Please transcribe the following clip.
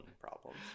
problems